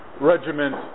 regiment